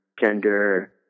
gender